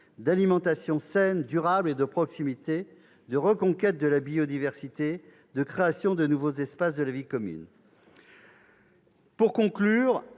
d'alimentation saine, durable et de proximité, de reconquête de la biodiversité, de création de nouveaux espaces de vie commune. Pour conclure,